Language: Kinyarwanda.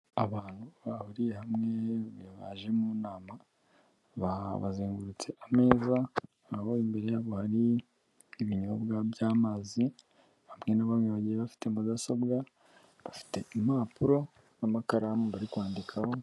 Abantu bahuriye hamwe baje mu nama, bazengurutse ameza, aho imbere yabo hari ibinyobwa by'amazi, bamwe na bamwe bagiye bafite mudasobwa, bafite impapuro n'amakaramu bari kwandikaho...